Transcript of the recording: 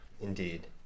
Indeed